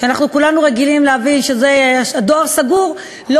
שכולנו רגילים להבין שהדואר סגור בה,